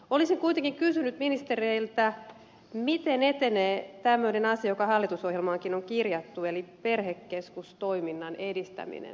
olisin kuitenkin kysynyt ministereiltä miten etenee tämmöinen asia joka hallitusohjelmaankin on kirjattu eli perhekeskustoiminnan edistäminen